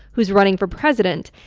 who's running for president.